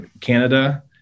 canada